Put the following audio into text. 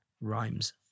Rhymes